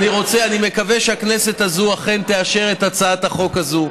אני מקווה שהכנסת הזאת אכן תאשר את הצעת החוק הזאת.